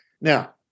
Now